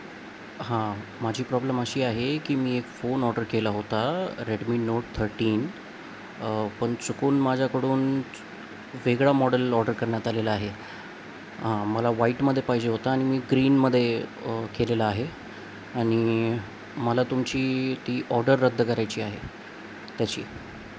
हां माझी प्रॉब्लम अशी आहे की मी एक फोन ऑर्डर केला होता रेडमी नोट थर्टीन पण चुकून माझ्याकडून वेगळा मॉडेल ऑर्डर करण्यात आलेला आहे मला व्हाईटमध्ये पाहिजे होता आणि मी ग्रीनमध्ये केलेला आहे आणि मला तुमची ती ऑर्डर रद्द करायची आहे त्याची